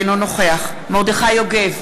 אינו נוכח מרדכי יוגב,